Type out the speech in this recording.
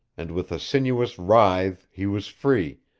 and with a sinuous writhe he was free,